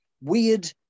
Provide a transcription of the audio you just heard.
weird